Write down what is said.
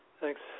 Thanks